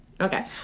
Okay